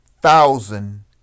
thousand